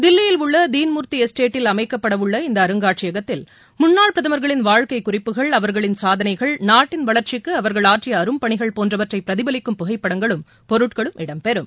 தில்லியில் உள்ள தீன்மூர்த்தி எஸ்டேட்டில் அமைக்கப்பட உள்ள இந்த அருங்காட்சியகத்தில் முன்னாள் பிரதமா்களின் வாழ்க்கை குறிப்புகள் அவா்களின் சாதனைகள் நாட்டின் வளர்ச்சிக்கு அவா்கள் ஆற்றிய அரும்பணிகள் போன்றவற்றை பிரதிபலிக்கும் புகைப்படங்களும் பொருட்களும் இடம்பெறும்